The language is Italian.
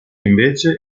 invece